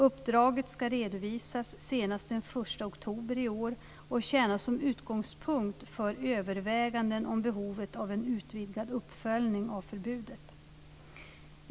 Uppdraget ska redovisas senast den 1 oktober i år och tjäna som utgångspunkt för överväganden om behovet av en utvidgad uppföljning av förbudet.